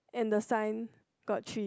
and the sign got three